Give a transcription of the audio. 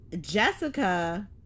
Jessica